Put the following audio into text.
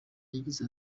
yagize